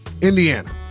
Indiana